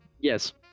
Yes